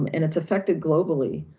um and it's affected globally.